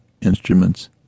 instruments